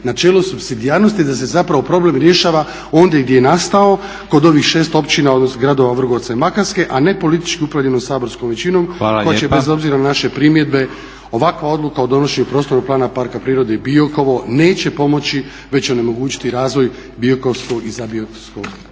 načelo supsidijarnosti da se zapravo problem rješava ondje gdje je nastao kod ovih 6 općina odnosno gradova Vrgorca i Makarske a ne politički upravljanom saborskom većinom koja će bez obzira na naše primjedbe ovakva odluka o donošenju Prostornog plana Parka prirode Biokovo neće pomoći već onemogućiti razvoj biokovskog i zabiokovskog